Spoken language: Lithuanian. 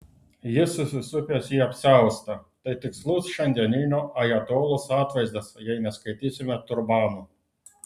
jis susisupęs į apsiaustą tai tikslus šiandieninio ajatolos atvaizdas jei neskaitysime turbano